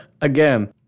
Again